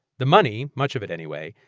the money, much of it anyway,